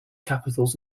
capitals